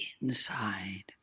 inside